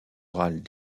orales